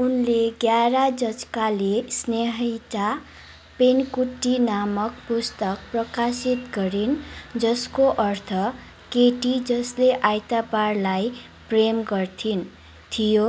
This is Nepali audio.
उनले ज्ञायाराच्जकाले स्नेहिचा पेन्कुट्टी नामक पुस्तक प्रकाशित गरिन् जसको अर्थ केटी जसले आइताबारलाई प्रेम गर्थिन् थियो